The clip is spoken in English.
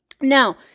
now